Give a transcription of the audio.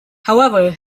however